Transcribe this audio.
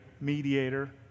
mediator